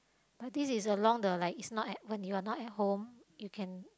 but this is along the like is not at when you are not at home you can